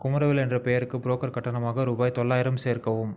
குமரவேல் என்ற பெயருக்கு புரோக்கர் கட்டணமாக ரூபாய் தொள்ளாயிரம் சேர்க்கவும்